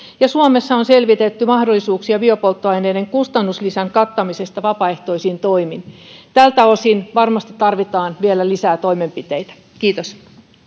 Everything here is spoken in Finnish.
ja suomessa on selvitetty mahdollisuuksia biopolttoaineiden kustannuslisän kattamisesta vapaaehtoisin toimin tältä osin varmasti tarvitaan vielä lisää toimenpiteitä kiitos